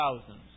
thousands